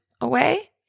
away